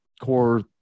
core